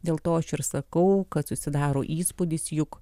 dėl to aš ir sakau kad susidaro įspūdis juk